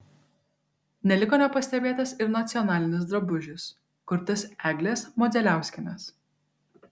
neliko nepastebėtas ir nacionalinis drabužis kurtas eglės modzeliauskienės